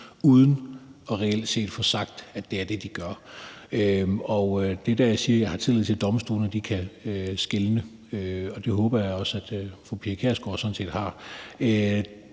uden reelt at få sagt, at det er det, de gør. Det er i den forbindelse, jeg siger, at jeg har tillid til, at domstolene kan skelne, og det håber jeg sådan set også fru Pia Kjærsgaard har.